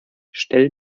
stell